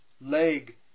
leg